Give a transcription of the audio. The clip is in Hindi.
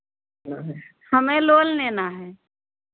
हमें लोन लेना है